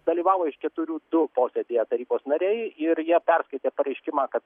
dalyvavo iš keturių du posėdyje tarybos nariai ir jie perskaitė pareiškimą kad